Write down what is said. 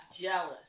jealous